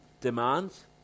demands